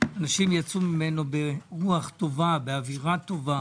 אנשים יצאו ממנו ברוח טובה, באווירה טובה.